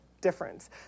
difference